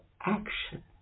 action